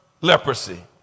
leprosy